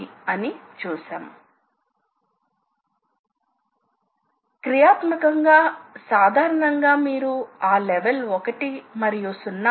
అయితే దీని అర్థం ఏదైనా కట్ మెటల్ కట్టింగ్ మెషీన్ సాధనం కోసం కదలిక అవసరమని మరియు వర్క్ పీస్ కోసం కదలిక అవసరమని చూపిస్తుంది